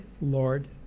Lord